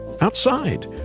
outside